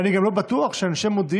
אני גם לא בטוח שתושבי מודיעין,